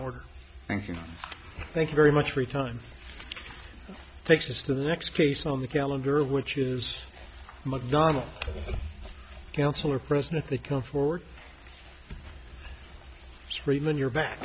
you thank you very much free time takes us to the next case on the calendar which is mcdonnell counselor present if they come forward freeman you're back